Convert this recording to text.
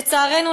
לצערנו,